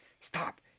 Stop